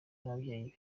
n’ababyeyi